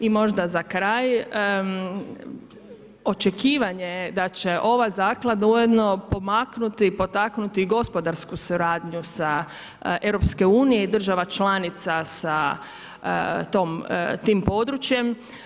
I možda za kraj očekivanje je daće ova zaklada ujedno pomaknuti, potaknuti gospodarsku suradnju EU-a i država članica sa tim područjem.